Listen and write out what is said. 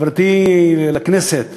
חברתי לכנסת